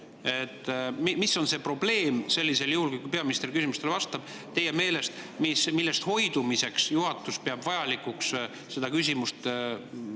Mis on see probleem sellisel juhul, kui peaminister küsimustele vastab, teie meelest, millest hoidumiseks juhatus peab vajalikuks seda küsimust mitte